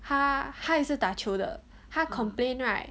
他他也是打球的他 complain right